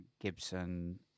Gibson